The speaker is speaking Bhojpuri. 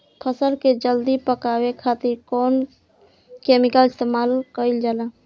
फल के जल्दी पकावे खातिर कौन केमिकल इस्तेमाल कईल जाला?